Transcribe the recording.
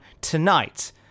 tonight